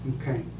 okay